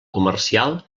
comercial